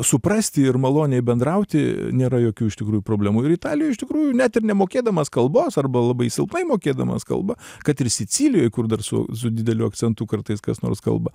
suprasti ir maloniai bendrauti nėra jokių iš tikrųjų problemų ir italijoj iš tikrųjų net ir nemokėdamas kalbos arba labai silpnai mokėdamas kalbą kad ir sicilijoj kur dar su su dideliu akcentu kartais kas nors kalba